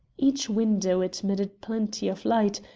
each window admitted plenty of light,